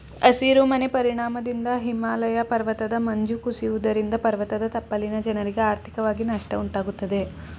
ಹಸಿರು ಮನೆ ಪರಿಣಾಮದಿಂದ ಹಿಮಾಲಯ ಪರ್ವತದ ಮಂಜು ಕುಸಿಯುವುದರಿಂದ ಪರ್ವತದ ತಪ್ಪಲಿನ ಜನರಿಗೆ ಆರ್ಥಿಕವಾಗಿ ನಷ್ಟ ಉಂಟಾಗುತ್ತದೆ